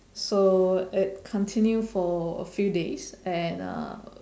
so it continue for a few days and uh